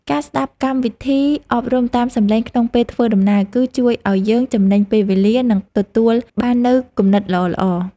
ការស្ដាប់កម្មវិធីអប់រំតាមសម្លេងក្នុងពេលធ្វើដំណើរ គឺ ជួយឱ្យយើងចំណេញពេលវេលា និង ទទួលបាននូវគំនិតល្អៗ។